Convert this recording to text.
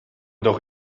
doch